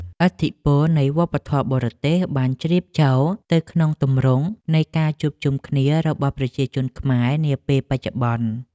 ឥទ្ធិពលនៃវប្បធម៌បរទេសបានជ្រាបចូលទៅក្នុងទម្រង់នៃការជួបជុំគ្នារបស់ប្រជាជនខ្មែរនាពេលបច្ចុប្បន្ន។